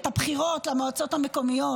הבחירות למועצות המקומיות,